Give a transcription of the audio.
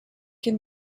can